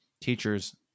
teachers